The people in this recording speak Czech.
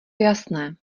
jasné